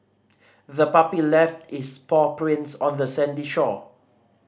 the puppy left its paw prints on the sandy shore